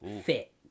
fit